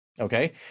Okay